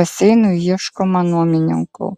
baseinui ieškoma nuomininkų